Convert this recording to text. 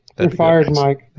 and fired and mike.